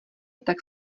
tak